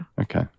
Okay